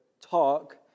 talk